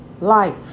Life